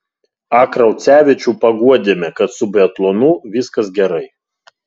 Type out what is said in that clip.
a kraucevičių paguodėme kad su biatlonu viskas gerai